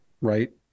right